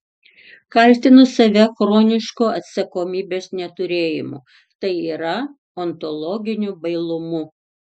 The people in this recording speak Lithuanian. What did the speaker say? kaltinu save chronišku atsakomybės neturėjimu tai yra ontologiniu bailumu